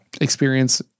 experience